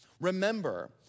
remember